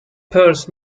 purse